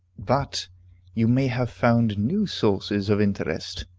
but you may have found new sources of interest,